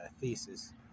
thesis